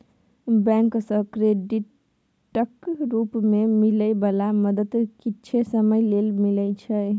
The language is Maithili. बैंक सँ क्रेडिटक रूप मे मिलै बला मदद किछे समय लेल मिलइ छै